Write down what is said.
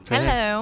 Hello